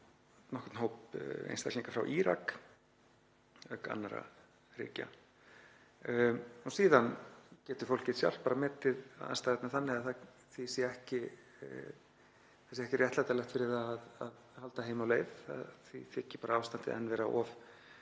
nokkurn hóp einstaklinga frá Írak auk annarra ríkja. Síðan getur fólkið sjálft bara metið aðstæðurnar þannig að það sé ekki réttlætanlegt fyrir það að halda heim á leið. Því þykir ástandið bara enn vera of